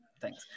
thanks